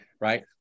right